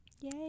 Yay